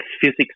physics